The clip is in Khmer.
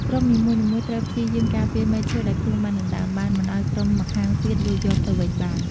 ក្រុមនីមួយៗត្រូវព្យាយាម ការពារមែកឈើ ដែលខ្លួនបានដណ្ដើមបាន មិនឱ្យក្រុមម្ខាងទៀតលួចយកទៅវិញបាន។